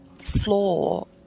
floor